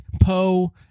Poe